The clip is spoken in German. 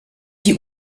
die